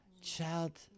child